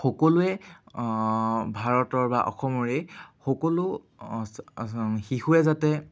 সকলোৱে ভাৰতৰ বা অসমৰে সকলো শিশুৱে যাতে